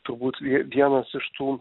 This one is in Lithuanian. turbūt vienas iš tų